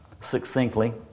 succinctly